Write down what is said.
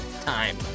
time